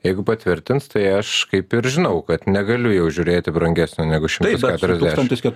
jeigu patvirtins tai aš kaip ir žinau kad negaliu jau žiūrėti brangesnio negu šimtas keturiasdešim